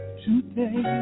today